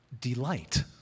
delight